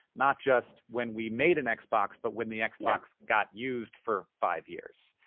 not just when we made an xbox, but when the xbox got used for five years.